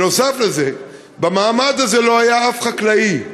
נוסף על זה, במעמד הזה לא היה אף חקלאי אחד,